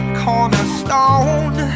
cornerstone